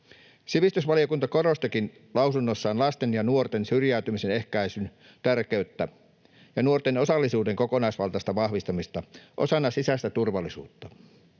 Sivistysvaliokunta korostaakin lausunnossaan lasten ja nuorten syrjäytymisen ehkäisyn tärkeyttä ja nuorten osallisuuden kokonaisvaltaista vahvistamista osana sisäistä turvallisuutta.